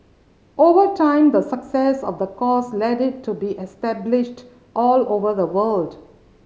over time the success of the course led it to be established all over the world